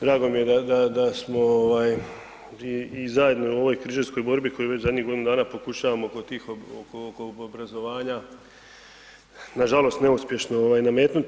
Drago mi je da smo i zajedno u ovoj križarskoj borbi koju već zadnjih godinu dana pokušavamo … obrazovanja, nažalost neuspješno nametnuti.